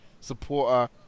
supporter